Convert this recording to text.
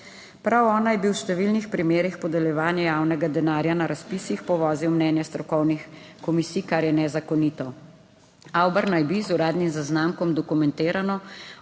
Prav on naj bi v številnih primerih podeljevanja javnega denarja na razpisih povozil mnenje strokovnih komisij, kar je nezakonito. Avber naj bi z uradnim zaznamkom dokumentirano